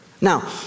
Now